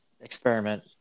experiment